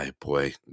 boy